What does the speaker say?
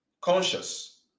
Conscious